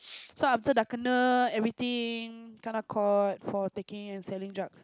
so after everything kenna caught for taking and selling drugs